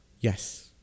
Yes